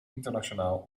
internationaal